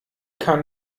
kann